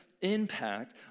impact